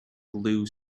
blue